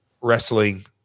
wrestling